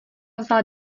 vzala